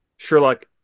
Sherlock